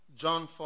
John